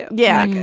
yeah.